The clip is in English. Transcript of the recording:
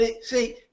see